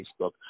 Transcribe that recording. Facebook